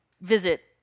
visit